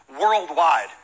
worldwide